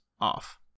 off